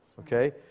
okay